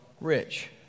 rich